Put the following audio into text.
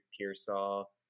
Pearsall